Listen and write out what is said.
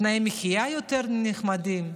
תנאי מחיה יותר נחמדים.